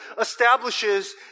establishes